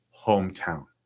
hometown